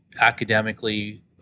academically